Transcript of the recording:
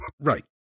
Right